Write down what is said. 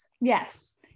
Yes